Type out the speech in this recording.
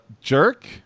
jerk